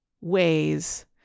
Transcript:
ways